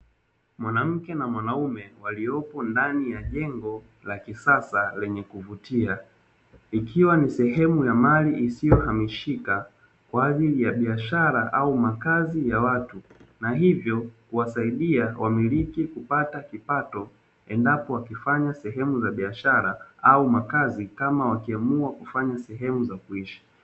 Mwanamke na mwanaume waliyopo ndani ya jengo la kisasa lenye kuvutia, ikiwa ni sehemu ya mali isiyohamishika kwa ajili ya biashara au makazi ya watu; na hivyo kuwasaidia wamiliki kupata kipato endapo wakifanya sehemu za biashara, au makazi kama wakiamua kufanya sehemu za kuishi.